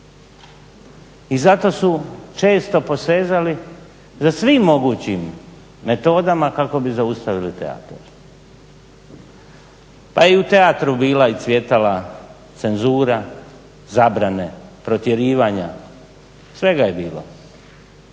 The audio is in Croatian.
I zato su često posezali za svim mogućim metodama kako bi zaustavili teatar, pa i u teatru bila i cvjetala cenzura, zabrane, protjerivanja, svega je bilo.